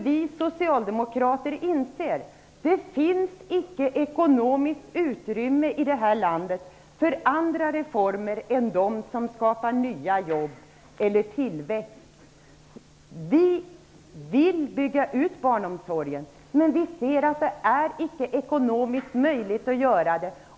Vi socialdemokrater inser att det icke finns ekonomiskt utrymme i vårt land för andra reformer än de som skapar nya jobb eller tillväxt. Vi vill bygga ut barnomsorgen, men vi ser att det icke är ekonomiskt möjligt att göra det.